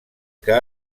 que